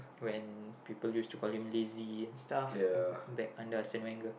when people used to call him lazy and stuff back under Arsene-Wenger